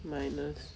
minus